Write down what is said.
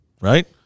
Right